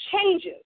changes